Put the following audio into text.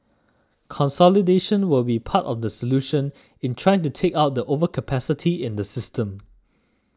consolidation will be part of the solution in trying to take out the overcapacity in the system